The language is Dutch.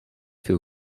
veel